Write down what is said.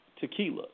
Tequila